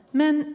men